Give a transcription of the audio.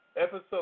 Episode